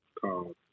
called